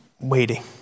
waiting